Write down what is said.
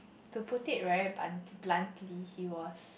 to put it right but bluntly he was